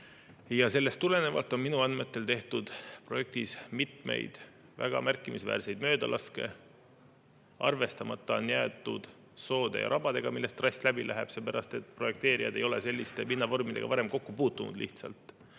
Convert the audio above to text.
Sellest tulenevalt on minu andmetel tehtud projektis mitmeid väga märkimisväärseid möödalaske. Arvestamata on jäetud soode ja rabadega, millest trass läbi läheb, seepärast et projekteerijad ei ole selliste pinnavormidega varem kokku puutunud. Lisaks